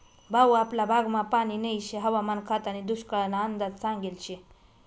भाऊ आपला भागमा पानी नही शे हवामान खातानी दुष्काळना अंदाज सांगेल शे